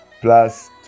Plus